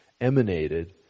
emanated